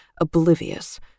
oblivious